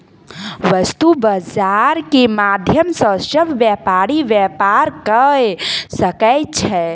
वस्तु बजार के माध्यम सॅ सभ व्यापारी व्यापार कय सकै छै